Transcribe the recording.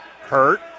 Hurt